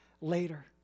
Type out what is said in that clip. later